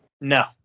No